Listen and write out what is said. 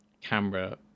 camera